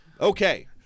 okay